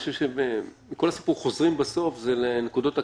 בכל הסיפור חוזרים בסוף לנקודות הכשל.